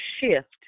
shift